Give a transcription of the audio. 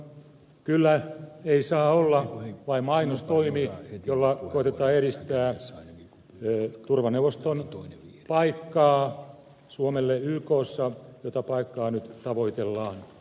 tsad operaation kyllä ei saa olla vain mainostoimi jolla koetetaan edistää turvaneuvoston paikkaa suomelle ykssa jota paikkaa nyt tavoitellaan